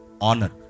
Honor